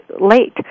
late